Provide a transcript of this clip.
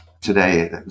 today